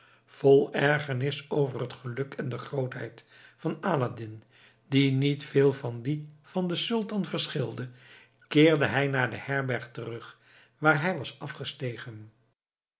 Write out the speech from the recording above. vol ergernis over het geluk en de grootheid van aladdin die niet veel van die van den sultan verschilde keerde hij naar de herberg terug waar hij was afgestegen